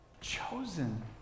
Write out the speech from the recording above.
Chosen